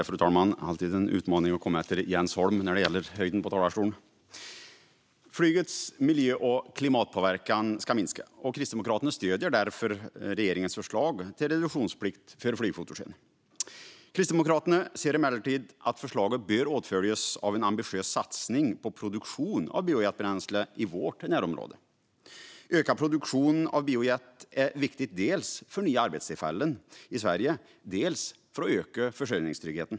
Fru talman! Flygets miljö och klimatpåverkan ska minska. Kristdemokraterna stöder därför regeringens förslag till reduktionsplikt för flygfotogen. Kristdemokraterna anser emellertid att förslaget bör åtföljas av en ambitiös satsning på produktion av biojetbränsle i vårt närområde. Ökad produktion av biojet är viktigt dels för nya arbetstillfällen i Sverige, dels för att öka försörjningstryggheten.